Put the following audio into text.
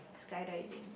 skydiving